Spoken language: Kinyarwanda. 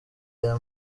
aya